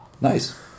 nice